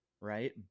right